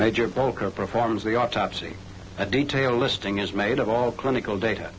major bowker performs the autopsy a detailed listing is made of all clinical data